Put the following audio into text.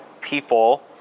people